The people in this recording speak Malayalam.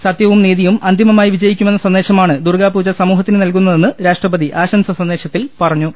സത്യവും നീതിയും അന്തിമമായി വിജയിക്കുമെന്ന സന്ദേശമാണ് ദുർഗ്ഗാപൂജ സമൂ ഹത്തിന് നൽകുന്നതെന്ന് രാഷ്ട്രപതി ആശംസാസന്ദേശത്തിൽ പറഞ്ഞു